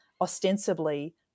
ostensibly